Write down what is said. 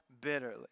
bitterly